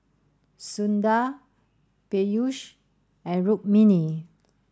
Sundar Peyush and Rukmini